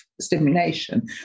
stimulation